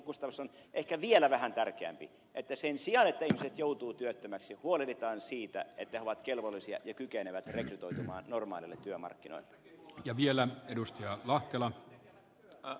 gustafsson ehkä vielä vähän tärkeämpi että sen sijaan että ihmiset joutuvat työttömiksi huolehditaan siitä että he ovat kelvollisia ja kykenevät reini toisinaan normaalille työmarkkina ja vielä rekrytoitumaan normaaleille työmarkkinoille